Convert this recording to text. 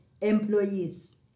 employees